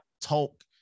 talk